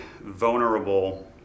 vulnerable